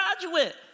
graduate